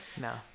No